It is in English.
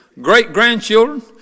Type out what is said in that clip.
great-grandchildren